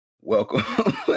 Welcome